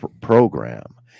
program